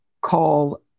Call